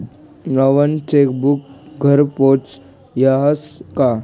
नवं चेकबुक घरपोच यस का?